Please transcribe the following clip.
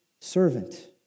servant